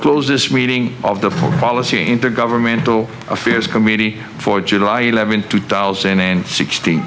close this meeting of the foreign policy intergovernmental affairs committee for july eleventh two thousand and sixt